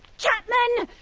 chapman!